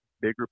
bigger